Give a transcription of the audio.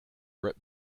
bret